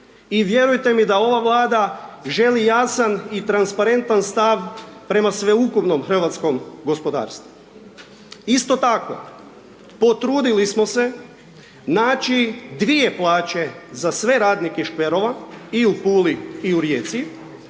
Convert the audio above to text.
I vjerujte mi da ova Vlada želi jasan i transparentan stav prema sveukupnom hrvatskom gospodarstvu. Isto tako, potrudili smo se naći dvije plaće za sve radnike škverova i u Puli i u Rijeci,